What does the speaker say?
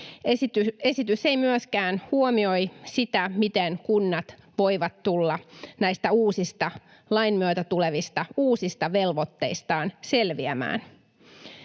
Esitys ei myöskään huomioi sitä, miten kunnat voivat tulla näistä lain myötä tulevista uusista velvoitteistaan selviämään.